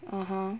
(uh huh)